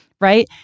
right